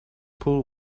pool